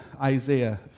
Isaiah